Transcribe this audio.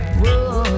whoa